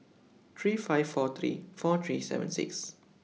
three five four three four three seven six